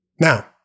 Now